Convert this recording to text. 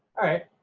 alright,